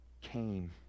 came